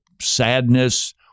sadness